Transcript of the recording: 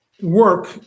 work